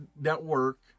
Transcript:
network